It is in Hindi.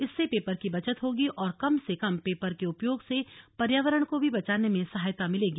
इससे पेपर की बचत होगी और कम से कम पेपर के उपयोग से पर्यावरण को भी बचाने में सहायता मिलेगी